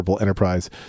enterprise